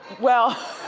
well